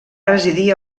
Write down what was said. residir